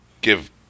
give